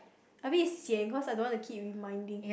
a bit sian cause I don't want to keep reminding